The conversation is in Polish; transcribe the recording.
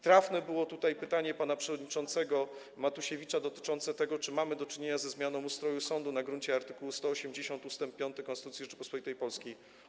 Trafne było pytanie pana przewodniczącego Matusiewicza dotyczące tego, czy mamy do czynienia ze zmianą ustroju sądu na gruncie art. 180 ust. 5 Konstytucji Rzeczypospolitej Polskiej.